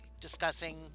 discussing